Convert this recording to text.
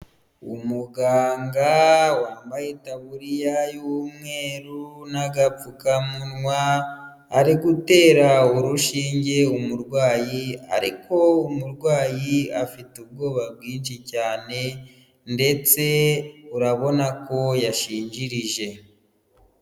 Umuganga wambaye itaburiya y'umweru n'agapfukamunwa ari gutera urushinge umurwayi ariko umurwayi afite ubwoba bwinshi cyane ndetse urabona ko yashinjirije.